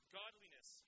godliness